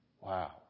Wow